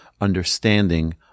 understanding